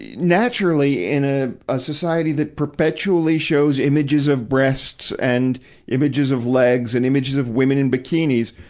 naturally, in a, a society that perpetually shows images of breasts and images of legs and images of women in bikinis,